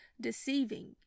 deceiving